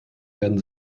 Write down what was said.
werden